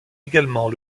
également